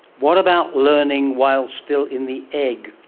what about learning while still in the egg?